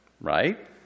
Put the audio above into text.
Right